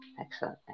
Excellent